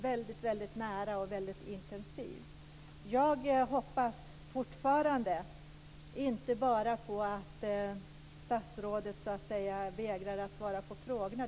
Det kommer väldigt nära och blir väldigt intensivt.